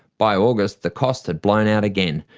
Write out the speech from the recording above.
by august the cost had blown out again,